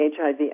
HIV